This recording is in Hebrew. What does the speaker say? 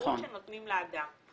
השירות שנותנים לאדם.